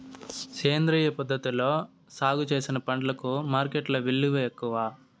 సేంద్రియ పద్ధతిలో సాగు చేసిన పంటలకు మార్కెట్టులో విలువ ఎక్కువ